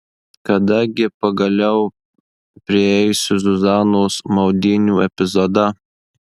kada gi pagaliau prieisiu zuzanos maudynių epizodą